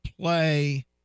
play